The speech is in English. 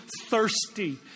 thirsty